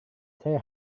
saya